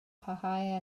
parhau